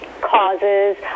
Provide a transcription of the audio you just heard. causes